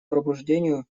пробуждению